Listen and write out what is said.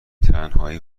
تنهایی